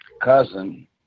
cousin